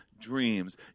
dreams